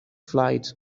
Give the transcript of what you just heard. flight